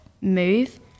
move